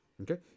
Okay